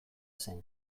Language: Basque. zen